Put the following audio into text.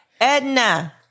Edna